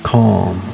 calm